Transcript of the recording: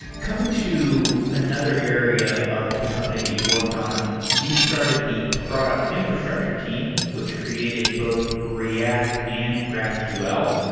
coming to another area of the company that you worked on, you started the product infrastructure team, which created both react and graphql.